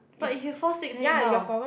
but if you fall sick then you how